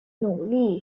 努力